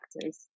factors